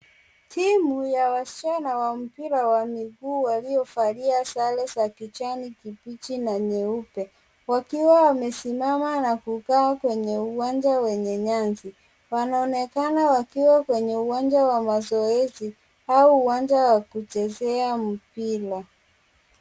Timu ya wasichana ya mpira wa miguu waliovalia sare za kijani kimbichi na nyeupe wakiwa wamesimama na kukaa kwenye uwanja wenye nyasi. Wanaonekana wakiwa kwenye uwanja wa mazoezi au uwanja wa kuchezea mpira.